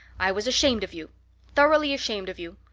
i was ashamed of you thoroughly ashamed of you.